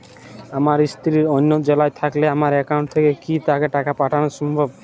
আমার স্ত্রী অন্য জেলায় থাকলে আমার অ্যাকাউন্ট থেকে কি তাকে টাকা পাঠানো সম্ভব?